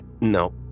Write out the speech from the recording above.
no